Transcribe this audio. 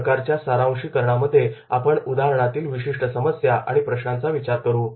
या प्रकारच्या सारांशिकरणामध्ये आपण उदाहरणातील विशिष्ट समस्या आणि प्रश्नांचा विचार करू